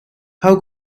how